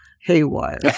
haywire